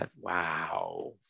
wow